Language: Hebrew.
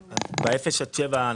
באפס עד שבעה קילומטר,